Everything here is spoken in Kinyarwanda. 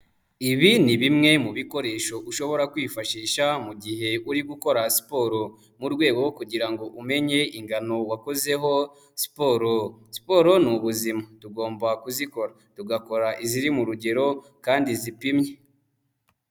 Ibi ni bimwe mu bikoresho ushobora kwifashisha mu gihe uri gukora siporo mu rwego rwo kugira ngo umenye ingano wakozeho siporo. Siporo ni ubuzima tugomba kuzikora tugakora iziri mu rugero kandi zipimye.